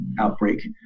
outbreak